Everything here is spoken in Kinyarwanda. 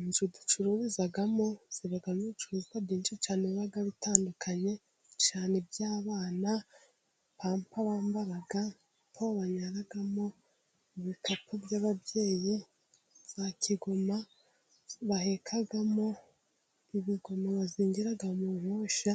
Inzu ducururizamo zibamo ibicuruzwa byinshi cyane biba bitandukanye cyane iby'abana, pampa bambara, po banyaramo, ibikapu by'ababyeyi , za kigoma bahekamo, ibigoma bazingira mu nkosha